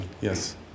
yes